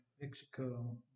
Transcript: Mexico